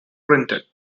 printed